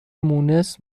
مونس